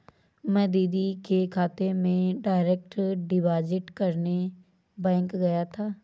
मैं दीदी के खाते में डायरेक्ट डिपॉजिट करने बैंक गया था